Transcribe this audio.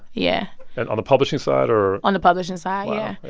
yeah and on the publishing side or. on the publishing side, yeah,